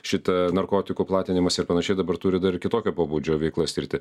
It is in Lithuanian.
šita narkotikų platinimas ir panašiai dabar turi dar ir kitokio pobūdžio veiklas tirti